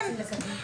כן.